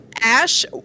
ash